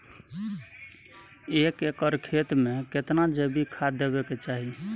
एक एकर खेत मे केतना जैविक खाद देबै के चाही?